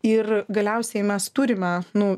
ir galiausiai mes turime nu